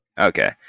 Okay